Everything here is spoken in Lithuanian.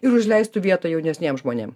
ir užleistų vietą jaunesniem žmonėm